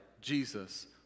Jesus